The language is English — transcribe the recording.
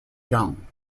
young